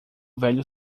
velho